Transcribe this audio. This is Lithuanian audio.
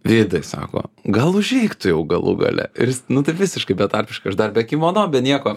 vidai sako gal užeik tu jau galų gale ir jis nu taip visiškai betarpiškai aš dar be kimono be nieko